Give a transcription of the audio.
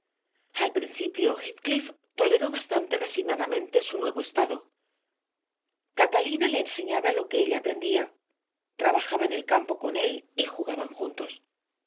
al principio heathcliff toleró bastante resignadamente su nuevo estado catalina le enseñaba lo que ella aprendía trabajaba en el campo con él y jugaban juntos